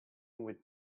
with